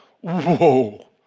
whoa